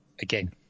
again